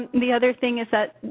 the other thing is that,